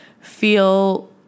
feel